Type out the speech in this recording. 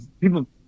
people